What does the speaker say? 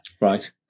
Right